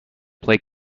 play